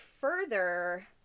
further